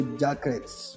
jackets